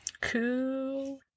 Cool